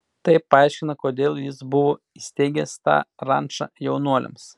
tai paaiškina kodėl jis buvo įsteigęs tą rančą jaunuoliams